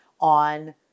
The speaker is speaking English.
on